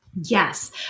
Yes